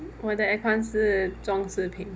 我 the aircon 是装饰品